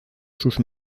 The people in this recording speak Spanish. sus